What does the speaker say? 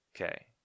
okay